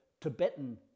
Tibetan